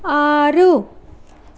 ఆరు